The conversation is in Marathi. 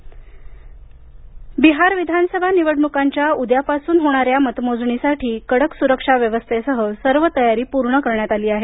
बिहार मतमोजणी बिहार विधानसभा निवडणुकांच्या उद्यापासून होणाऱ्या मतमोजणीसाठी कडक सुरक्षा व्यवस्थेसह सर्व तयारी पूर्ण करण्यात आली आहे